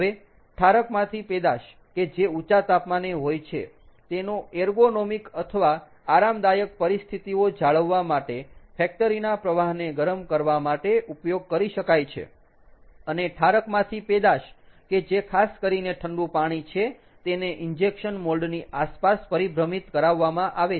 હવે ઠારકમાંથી પેદાશ કે જે ઊંચા તાપમાને હોય છે તેનો એર્ગોનોમિક અથવા આરામદાયક પરિસ્થિતિઓ જાળવવા માટે ફેક્ટરી ના પ્રવાહને ગરમ કરવા માટે ઉપયોગ કરી શકાય છે અને ઠારકમાંથી પેદાશ કે જે ખાસ કરીને ઠંડુ પાણી છે તેને ઇન્જેક્શન મોલ્ડ ની આસપાસ પરિભ્રમિત કરાવવામાં આવે છે